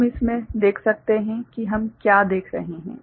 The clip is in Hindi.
हम इसमें देख सकते हैं कि हम क्या देख रहे हैं